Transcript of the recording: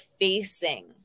facing